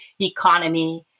economy